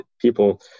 people